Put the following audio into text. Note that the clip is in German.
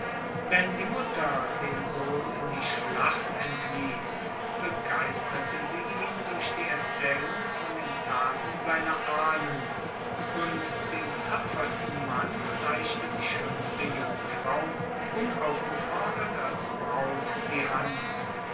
wenn die mutter den sohn in die schlacht entliess begeisterte sie ihn durch die erzaehlung von den taten seiner ahnen und dem tapfersten mann reichte die schoenste jungfrau unaufgefordert als braut die hand